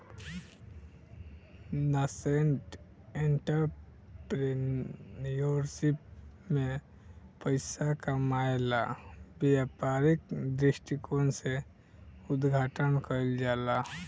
nascent entrepreneurship में पइसा कामायेला व्यापारिक दृश्टिकोण से उद्घाटन कईल जाला